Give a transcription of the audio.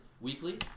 weekly